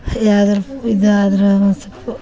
ಯಾವುದಾರು ಇದಾದ್ರ ಒಂದು ಸ್ವಲ್ಪ